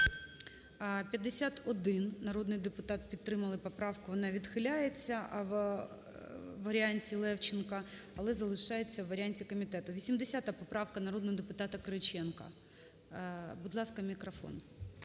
51 народний депутат підтримали поправку. Вона відхиляється у варіанті Левченка, але залишається у варіанті комітету. 80 поправка народного депутата Кириченка. Будь ласка, мікрофон.